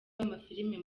b’amafilime